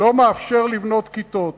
לא מאפשר לבנות כיתות.